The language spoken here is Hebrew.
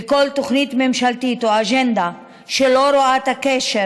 וכל תוכנית ממשלתית או אג'נדה שלא רואה את הקשר